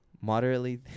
Moderately